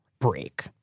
break